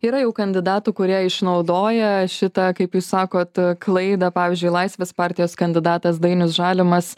yra jau kandidatų kurie išnaudoja šitą kaip jūs sakot klaidą pavyzdžiui laisvės partijos kandidatas dainius žalimas